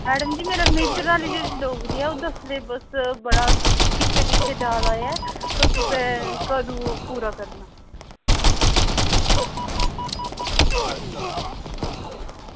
madam ji मेरा syllabus Dogri दा पिच्छें पिच्छें जा दा ऐ ते तुसें पूरा कदूं करना